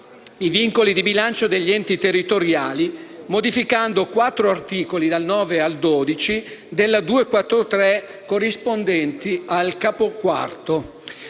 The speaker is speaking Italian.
i vincoli di bilancio degli enti territoriali modificando quattro articoli (dal 9 al 12) della legge n. 243, corrispondenti al Capo IV.